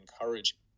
encourage